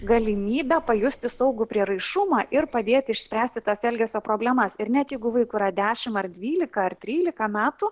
galimybę pajusti saugų prieraišumą ir padėti išspręsti tas elgesio problemas ir net jeigu vaikui yra dešimt ar dvylika ar trylika metų